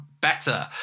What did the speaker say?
Better